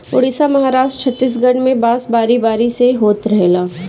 उड़ीसा, महाराष्ट्र, छतीसगढ़ में बांस बारी बारी से होत रहेला